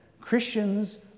Christians